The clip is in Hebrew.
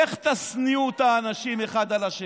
איך תשניאו את האנשים אחד על השני?